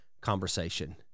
conversation